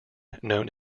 known